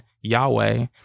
Yahweh